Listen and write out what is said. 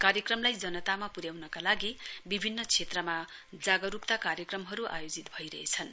कार्यक्रमलाई जनतामा पुर्याउनका लागि विभिन्न क्षेत्रमा जागरूकता कार्यक्रमहरू आयोजित भइरहेछन्